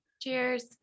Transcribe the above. Cheers